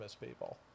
people